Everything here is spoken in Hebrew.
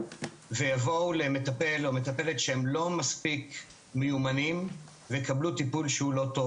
ויגיעו למטפל או מטפלת שהם לא מספיק מיומנים ויקבלו טיפול לא טוב,